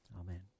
amen